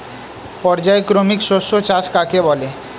পর্যায়ক্রমিক শস্য চাষ কাকে বলে?